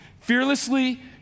fearlessly